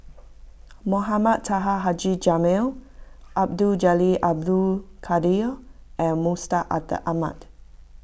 Mohamed Taha Haji Jamil Abdul Jalil Abdul Kadir and Mustaq Ahmad